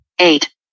eight